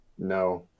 No